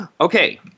Okay